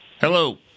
Hello